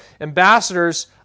ambassadors